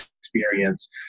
experience